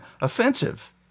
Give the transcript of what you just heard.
offensive